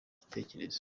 igitekerezo